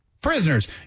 Prisoners